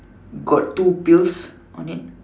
got two pills on it